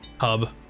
hub